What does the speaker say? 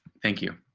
thank you.